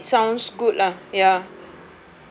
I think it sounds good lah ya